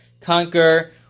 conquer